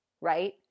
right